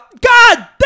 God